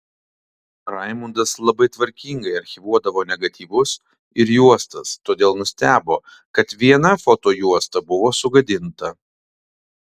raimundas labai tvarkingai archyvuodavo negatyvus ir juostas todėl nustebo kad viena fotojuosta buvo sugadinta